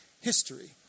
history